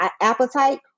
appetite